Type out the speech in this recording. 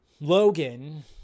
Logan